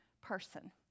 person